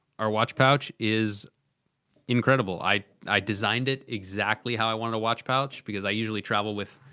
our watch pouch is incredible. i i designed it exactly how i wanted a watch pouch. because i usually travel with